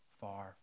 far